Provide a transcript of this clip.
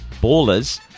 Ballers